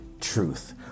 truth